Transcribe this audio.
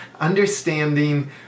understanding